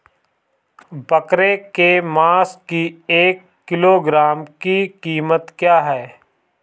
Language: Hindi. बकरे के मांस की एक किलोग्राम की कीमत क्या है?